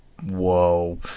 whoa